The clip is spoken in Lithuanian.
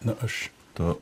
na aš to